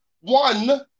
one